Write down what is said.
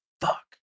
fuck